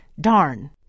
Darn